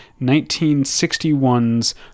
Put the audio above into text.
1961's